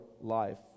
life